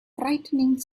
frightening